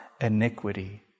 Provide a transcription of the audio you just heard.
iniquity